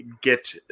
get